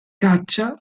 caccia